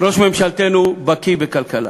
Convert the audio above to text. ראש ממשלתנו בקי בכלכלה.